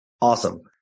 Awesome